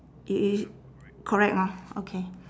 it it it correct hor okay